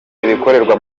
ibikorerwa